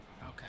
Okay